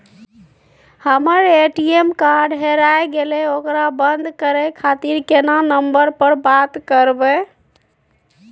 हमर ATM card हेराय गेले ओकरा बंद करे खातिर केना नंबर पर बात करबे?